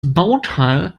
bauteil